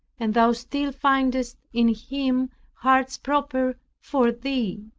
and thou still findest in him hearts proper for thee.